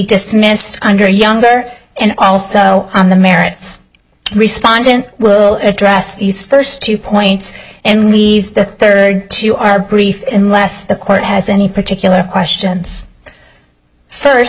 dismissed under younger and also on the merits responded we'll address these first two points and leave the third to our brief unless the court has any particular questions